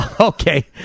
Okay